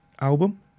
album